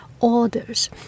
orders